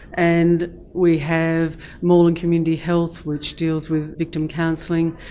and we have moreland community health which deals with victim counselling,